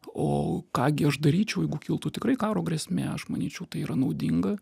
o ką gi aš daryčiau jeigu kiltų tikrai karo grėsmė aš manyčiau tai yra naudinga